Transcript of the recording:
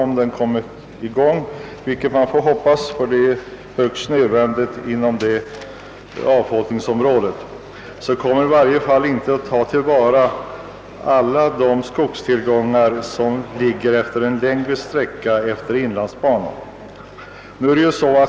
Man får hoppas att den industrin verkligen kommer i gång, ty det är högst nödvändigt inom detta avfoikningsområde. Men där kommer man i varje fall inte att kunna tillvarata alla de skogstillgångar som finns omkring en längre sträcka utmed inlandsbanan.